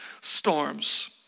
storms